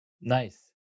nice